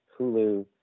Hulu